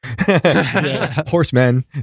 horsemen